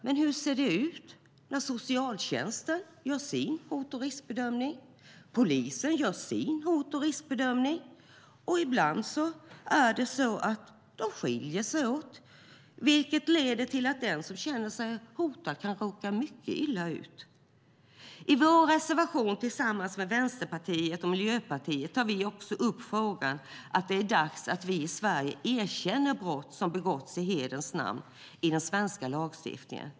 Men hur blir det när socialtjänsten gör sin riskbedömning och polisen gör sin? Ibland skiljer de sig åt, vilket leder till att den som känner sig hotad kan råka mycket illa ut. I vår reservation tillsammans med Vänsterpartiet och Miljöpartiet tar vi också upp frågan att det är dags att vi i den svenska lagstiftningen erkänner brott som begåtts i hederns namn.